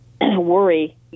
worry